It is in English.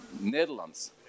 Netherlands